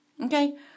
Okay